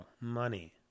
money